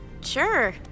Sure